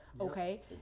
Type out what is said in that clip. Okay